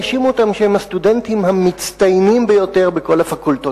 האשימו אותם שהם הסטודנטים המצטיינים ביותר בכל הפקולטות.